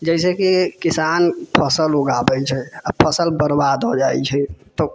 जैसेकि किसान फसल उगाबै छै आओर फसल बर्बाद हो जाइ छै